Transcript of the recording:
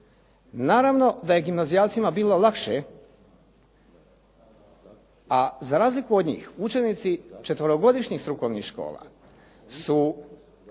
Naravno da je gimnazijalcima bilo lakše, a za razliku od njih učenici četverogodišnjih strukovnih škola su